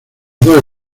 dos